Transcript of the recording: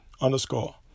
underscore